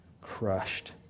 crushed